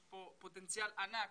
יש כאן פוטנציאל ענק.